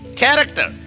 character